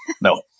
No